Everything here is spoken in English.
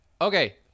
Okay